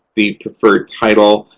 the preferred title,